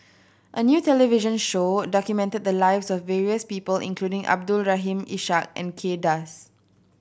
a new television show documented the lives of various people including Abdul Rahim Ishak and Kay Das